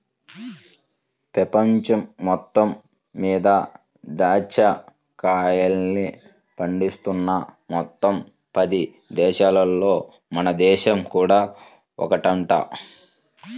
పెపంచం మొత్తం మీద దాచ్చా కాయల్ని పండిస్తున్న మొత్తం పది దేశాలల్లో మన దేశం కూడా ఒకటంట